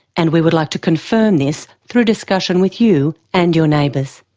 and we would like to confirm this through discussion with you and your neighbours.